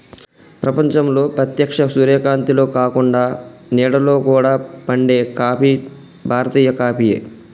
ప్రపంచంలో ప్రేత్యక్ష సూర్యకాంతిలో కాకుండ నీడలో కూడా పండే కాఫీ భారతీయ కాఫీయే